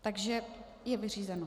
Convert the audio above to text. Takže je vyřízeno.